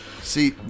See